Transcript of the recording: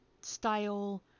style